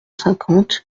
cinquante